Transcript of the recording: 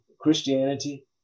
Christianity